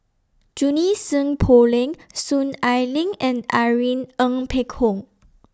Junie Sng Poh Leng Soon Ai Ling and Irene Ng Phek Hoong